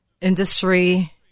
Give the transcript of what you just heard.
industry